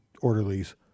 orderlies